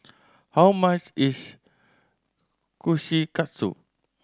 how much is Kushikatsu